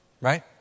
Right